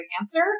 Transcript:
answer